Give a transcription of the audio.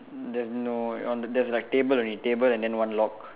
there's no on the there's like table only table and then one lock